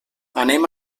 anem